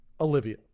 Olivia